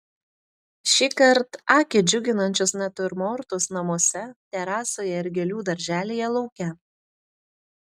šįkart akį džiuginančius natiurmortus namuose terasoje ir gėlių darželyje lauke